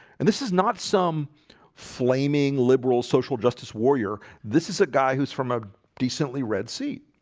and this is not some flaming liberal social justice warrior this is a guy who's from a decently red seat